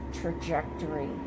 trajectory